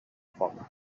foc